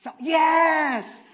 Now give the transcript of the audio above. Yes